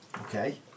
Okay